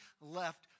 left